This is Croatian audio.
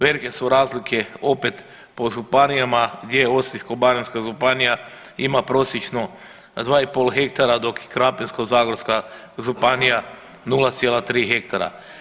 Velike su razlike opet po županijama gdje Osječko-baranjska županija ima prosječno 2,5 hektara dok je Krapinsko-zagorska županija 0,3 hektara.